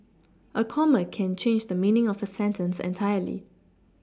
a comma can change the meaning of a sentence entirely